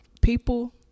People